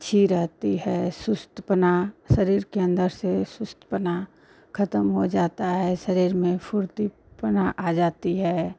अच्छी रहती है सुस्तपना शरीर के अन्दर से सुस्तपना खत्म हो जाती है शरीर में फ़ुर्तीपना आ जाती है